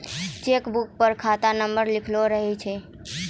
cheque book पर खाता number लिखलो रहै छै